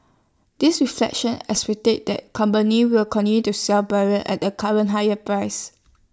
this reflection that companies will continue to sell barrels at the current higher price